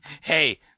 Hey